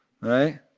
Right